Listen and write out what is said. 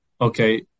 okay